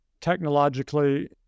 technologically